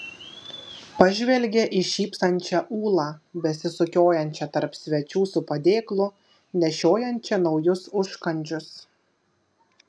pažvelgė į šypsančią ūlą besisukiojančią tarp svečių su padėklu nešiojančią naujus užkandžius